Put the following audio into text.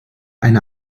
eine